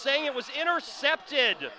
saying it was intercepted